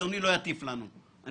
בסדר, אני